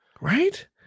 right